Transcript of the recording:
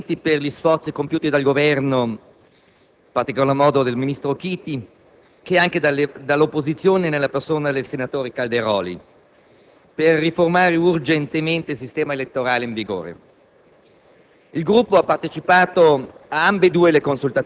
innanzi tutto i nostri apprezzamenti per gli sforzi compiuti sia dal Governo, in particolar modo dal ministro Chiti, che dall'opposizione, nella persona del senatore Calderoli, per riformare urgentemente il sistema elettorale in vigore.